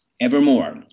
evermore